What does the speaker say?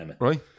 right